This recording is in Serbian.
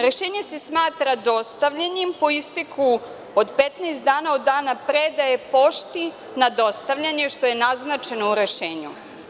Rešenje se smatra dostavljenim po isteku od 15 dana od dana predaje pošti na dostavljanje, što je naznačeno u rešenju.